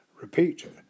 Repeat